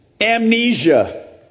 amnesia